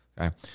Okay